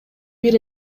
бир